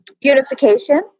Unification